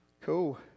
Cool